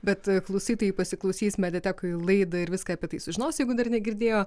bet klausytojai pasiklausys mediatekoj laidą ir viską apie tai sužinos jeigu dar negirdėjo